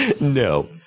No